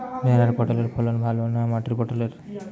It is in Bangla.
ভেরার পটলের ফলন ভালো না মাটির পটলের?